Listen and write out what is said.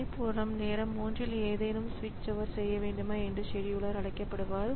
இதேபோல் நேரம் 3 இல் ஏதேனும் சுவிட்சோவர் செய்ய வேண்டுமா என்று செடியூலர் அழைக்கப்படுவார்